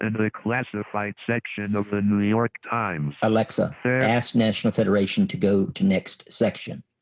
and the classified section of the new york times. alexa ask national federation to go to next section.